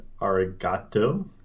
Arigato